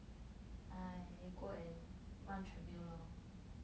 I go and run treadmill lor